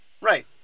Right